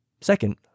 Second